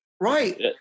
right